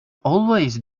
always